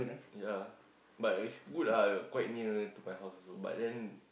ya but is good ah quite near to my house also but then